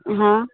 हाँ